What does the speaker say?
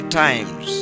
times